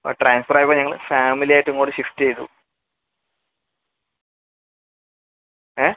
അപ്പോൾ ട്രാന്സ്ഫര് ആയപ്പോൾ ഞങ്ങൾ ഫാമിലി ആയിട്ട് ഇങ്ങോട്ട് ഷിഫ്റ്റ് ചെയ്തു ഏഹ്